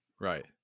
Right